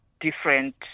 different